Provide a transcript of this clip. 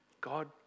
God